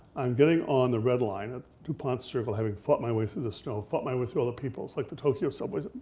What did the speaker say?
um getting on the redline at dupont circle, having fought my way through the snow, fought my way through all the people, it's like the tokyo subways,